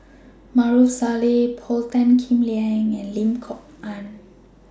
Maarof Salleh Paul Tan Kim Liang and Lim Kok Ann